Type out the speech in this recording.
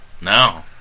No